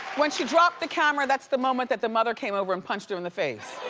when she dropped the camera, that's the moment that the mother came over and punched her in the face.